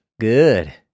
good